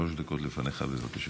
שלוש דקות, בבקשה.